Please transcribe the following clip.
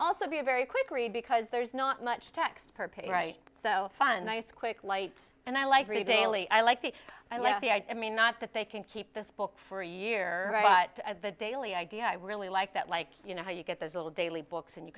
also be a very quick read because there's not much text per page right so fun nice quick light and i like really daily i like the i like the i mean not that they can keep this book for a year but at the daily idea i really like that like you know how you get those little daily books and you